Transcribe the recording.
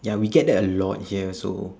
ya we get that a lot here so